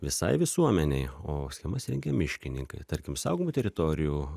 visai visuomenei o schemas rengia miškininkai tarkim saugomų teritorijų